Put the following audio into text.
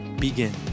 begin